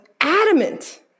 adamant